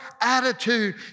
attitude